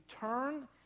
turn